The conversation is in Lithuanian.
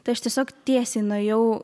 tai aš tiesiog tiesiai nuėjau